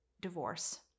divorce